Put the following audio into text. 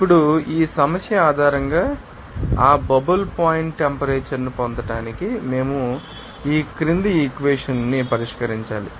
ఇప్పుడు ఈ సమస్య ఆధారంగా ఆ బబుల్ పాయింట్ టెంపరేచర్ ను పొందడానికి మేము ఈ క్రింది ఈక్వేషన్ ాన్ని పరిష్కరించాలి